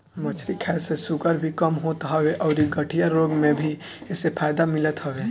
मछरी खाए से शुगर भी कम होत हवे अउरी गठिया रोग में भी एसे फायदा मिलत हवे